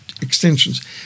extensions